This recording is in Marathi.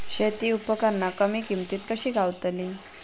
शेती उपकरणा कमी किमतीत कशी गावतली?